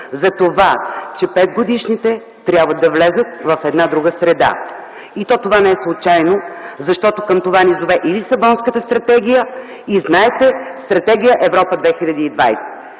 за това, че 5-годишните трябва да влязат в една друга среда. И това не е случайно, защото към това ни зове и Лисабонската стратегия и Стратегия „Европа 2020”.